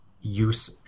use